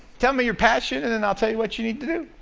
tell me your passion and and i'll tell you what you need to do.